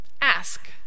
Ask